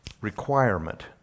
requirement